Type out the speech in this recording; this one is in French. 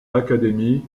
academy